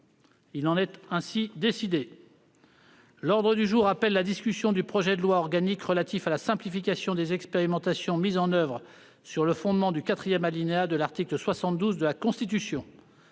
Il en est ainsi décidé. L'ordre du jour appelle la discussion du projet de loi organique relatif à la simplification des expérimentations mises en oeuvre sur le fondement du quatrième alinéa de l'article 72 de la Constitution